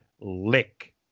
Lick